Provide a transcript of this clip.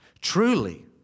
truly